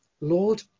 Lord